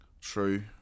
True